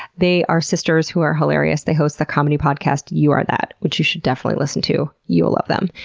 they are sisters who are hilarious, they host the comedy podcast you are that, which you should definitely listen to you will love them.